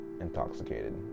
Intoxicated